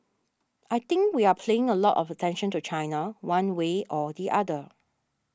I think we are playing a lot of attention to China one way or the other